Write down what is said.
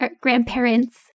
grandparents